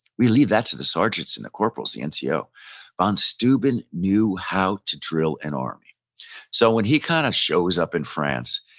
we leave that to the sergeants and the corporals, the and so nco. von steuben knew how to drill an army so when he kind of shows up in france,